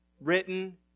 written